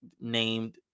named